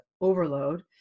overload